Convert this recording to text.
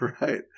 Right